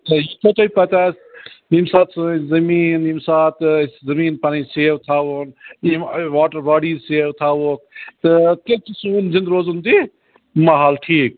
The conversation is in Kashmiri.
یہِ چھو تۄہہِ پتہ ییٚمہِ ساتہٕ سٲنۍ زمیٖن ییٚمہِ ساتہٕ أسۍ زمیٖن پنٕنۍ سیو تھاوون یِم واٹر باڈیٖز سیو تھاووکھ تہٕ تیٚلہِ چھُ سون زِندٕ روزُن تہِ محال ٹھیٖک